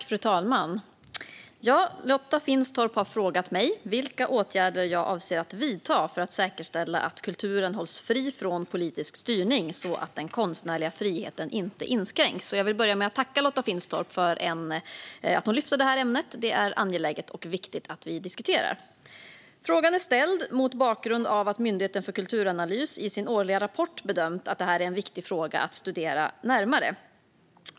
Fru talman! Lotta Finstorp har frågat mig vilka åtgärder jag avser att vidta för att säkerställa att kulturen hålls fri från politisk styrning, så att den konstnärliga friheten inte inskränks. Jag vill börja med att tacka Lotta Finstorp för att hon tar upp detta ämne. Det är angeläget och viktigt att vi diskuterar detta. Frågan är ställd mot bakgrund av att Myndigheten för kulturanalys i sin årliga rapport bedömt att det här är en viktig fråga att studera närmare.